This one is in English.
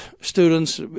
students